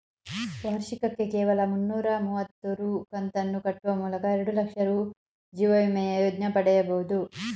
ವಾರ್ಷಿಕಕ್ಕೆ ಕೇವಲ ಮುನ್ನೂರ ಮುವತ್ತು ರೂ ಕಂತನ್ನು ಕಟ್ಟುವ ಮೂಲಕ ಎರಡುಲಕ್ಷ ರೂ ಜೀವವಿಮೆಯ ಯೋಜ್ನ ಪಡೆಯಬಹುದು